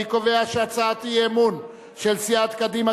אני קובע שהצעת האי-אמון של סיעת קדימה,